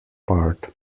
part